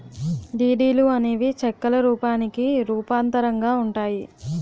డీడీలు అనేవి చెక్కుల రూపానికి రూపాంతరంగా ఉంటాయి